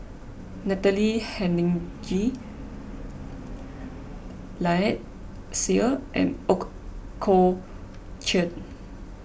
Natalie Hennedige Lynnette Seah and Ooi Kok Chuen